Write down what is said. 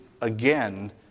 again